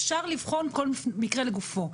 אפשר לבחון כל מקרה לגופו.